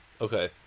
Okay